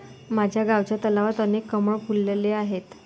माझ्या गावच्या तलावात अनेक कमळ फुलले आहेत